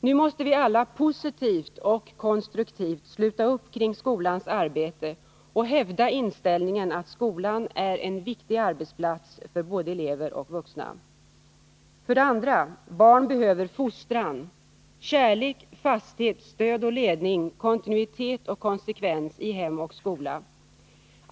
Nu måste vi alla positivt och konstruktivt sluta upp kring skolans arbete och hävda inställningen att skolan är en viktig arbetsplats för både elever och vuxna. För det andra: Barn behöver fostran — kärlek, fasthet, stöd och ledning, kontinuitet och konsekvens i hem och skola.